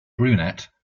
brunette